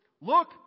look